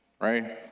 right